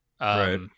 Right